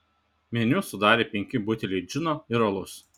meniu sudarė penki buteliai džino ir alus